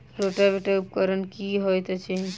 Rotavator उपकरण की हएत अछि?